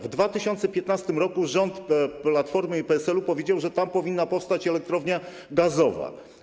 W 2015 r. rząd Platformy i PSL-u powiedział, że tam powinna powstać elektrownia gazowa.